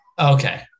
Okay